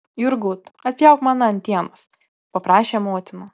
jurgut atpjauk man antienos paprašė motina